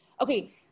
Okay